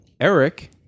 Eric